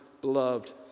beloved